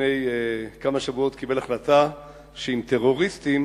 לפני כמה שבועות קיבל החלטה שעם טרוריסטים,